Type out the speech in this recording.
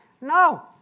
No